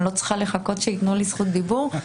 אני לא צריכה לחכות שייתנו לי זכות דיבור.